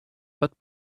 but